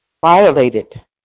violated